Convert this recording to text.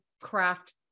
craft